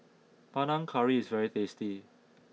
Panang Curry is very tasty